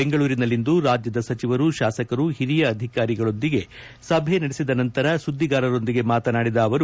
ಬೆಂಗಳೂರಿನಲ್ಲಿಂದು ರಾಜ್ಯದ ಸಚಿವರು ಶಾಸಕರು ಹಿರಿಯ ಅಧಿಕಾರಿಗಳೊಂದಿಗೆ ಸಭೆ ನಡೆಸಿದ ನಂತರ ಸುದ್ದಿಗಾರರೊಂದಿಗೆ ಮಾತನಾಡಿದ ಅವರು